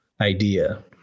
idea